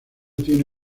tiene